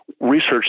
research